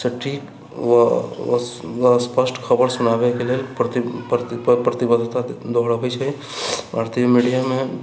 सटीक आओर स्पष्ट खबर सुनाबैके लेल प्रतिबद्धता दोहरबैत छै भारतीय मीडिआमे